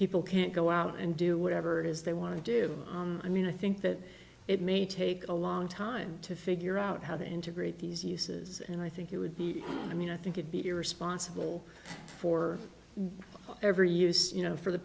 people can't go out and do whatever it is they want to do i mean i think that it may take a long time to figure out how to integrate these uses and i think it would be i mean i think you'd be irresponsible for every use you know for the